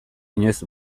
inoiz